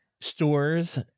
stores –